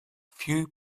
few